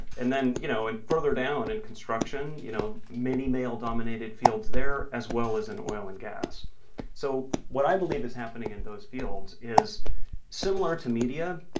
and then, you know, and further down in construction, you know, many male-dominated fields there as well as in oil and gas so what i believe is happening in those fields, is similar to media,